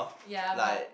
ya but